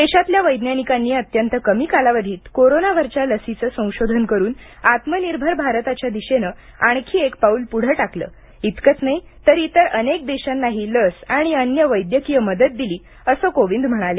देशातल्या वैज्ञानिकांनी अत्यंत कमी कालावधीत कोरोनावरील लसीचे संशोधन करून आत्मनिर्भर भारताच्या दिशेने आणखी एक पाऊल पुढे टाकले इतकेच नाही तर इतर अनेक देशांनाही लस आणि अन्य वैद्यकीय मदत दिली असे कोविंद म्हणाले